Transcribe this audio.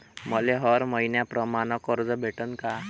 मले हर मईन्याप्रमाणं कर्ज भेटन का?